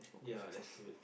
yeah that's good